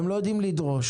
הם לא יודעים לדרוש.